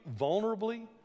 vulnerably